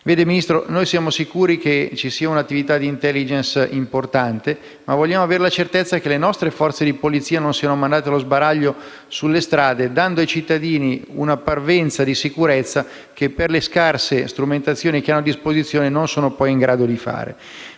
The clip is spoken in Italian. Vede, Ministro, siamo sicuri che ci sia un'attività di *intelligence* importante, ma vogliamo avere la certezza che le nostre forze di polizia non siano mandate allo sbaraglio sulle strade dando ai cittadini una parvenza di sicurezza, sicurezza che, per le scarse strumentazioni a disposizione, non sono poi in grado di